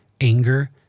anger